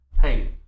Hey